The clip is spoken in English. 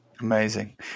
Amazing